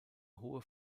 hohe